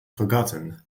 forgotten